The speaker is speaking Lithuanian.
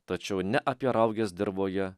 tačiau ne apie rauges dirvoje